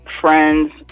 friends